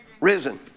Risen